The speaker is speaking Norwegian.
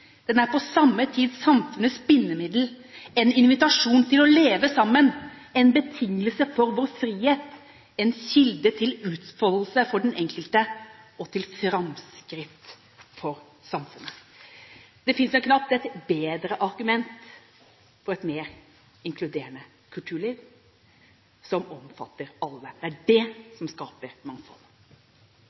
Den er på samme tid samfunnets bindemiddel, en invitasjon til å leve sammen, en betingelse for vår frihet, en kilde til utfoldelse for den enkelte og til framskritt for samfunnet. Det finnes vel knapt et bedre argument for et mer inkluderende kulturliv, som omfatter alle. Det er dette som skaper mangfold.